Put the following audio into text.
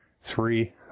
three